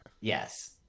Yes